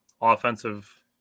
offensive